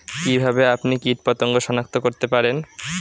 কিভাবে আপনি কীটপতঙ্গ সনাক্ত করতে পারেন?